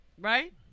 Right